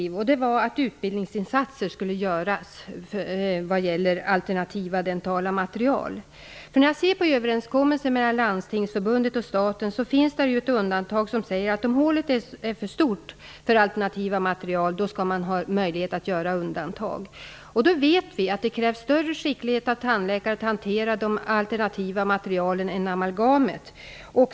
Det var att det skulle göras utbildningsinsatser vad gäller alternativa dentala material. I överenskommelsen mellan Landstingsförbundet och staten finns det ett undantag som säger att man skall ha möjlighet att göra undantag om hålet är för stort för alternativa material. Vi vet att det krävs större skicklighet av tandläkare att hantera de alternativa materialen än amalgamet.